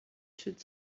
should